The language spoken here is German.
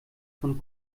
von